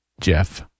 Jeff